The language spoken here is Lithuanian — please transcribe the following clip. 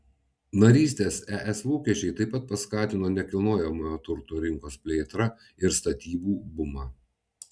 narystės es lūkesčiai taip pat paskatino nekilnojamojo turto rinkos plėtrą ir statybų bumą